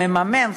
מממן,